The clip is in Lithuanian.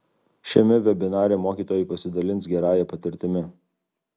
šiame vebinare mokytojai pasidalins gerąja patirtimi